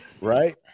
right